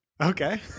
okay